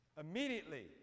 immediately